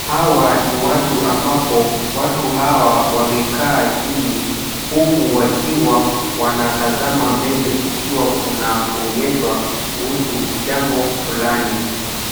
Hawa ni watu ambapo, watu hawa wamekaa chini, huku wakiwa wanatazama mbele kukiwa kunaonyeshwa kuhusu jambo fulani,